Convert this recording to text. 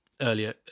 earlier